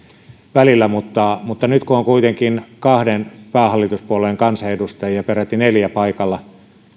välillä niin nyt kun on kuitenkin kahden päähallituspuolueen kansanedustajia peräti neljä paikalla